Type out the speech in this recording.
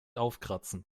aufkratzen